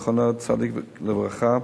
זכר צדיק לברכה,